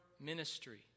ministry